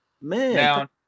Man